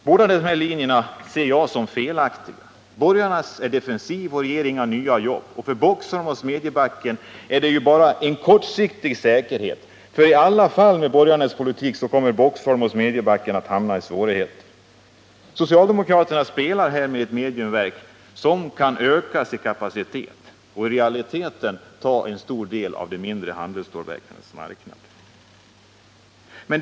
Båda de här linjerna ser jag som felaktiga. Borgarnas är defensiv och ger inga nya jobb. För Boxholm och Smedjebacken är det bara en kortsiktig säkerhet. Med borgarnas politik kommer Boxholm och Smedjebacken i alla fall att hamna i svårigheter. Socialdemokraterna spelar med ett mediumverk som kan ökas i kapacitet och i realiteten ta en stor del av de mindre handelsstålverkens marknad.